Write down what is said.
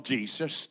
Jesus